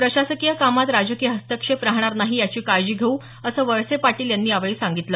प्रशासकीय कामात राजकीय हस्तक्षेप राहणार नाही याची काळजी घेऊ असं वळसे पाटील यांनी यावेळी सांगितलं